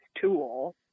tool